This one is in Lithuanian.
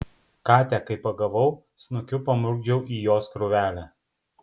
katę kai pagavau snukiu pamurkdžiau į jos krūvelę